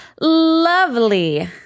lovely